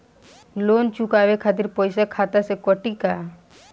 Loan चुकावे खातिर पईसा खाता से कटी का?